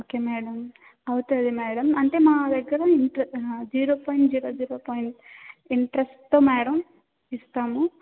okay madam అవుతుంది madam అంటే మా దగ్గర ఇంట్ర zero point zero zero point ఇంట్రస్ట్తో మేడం ఇస్తాము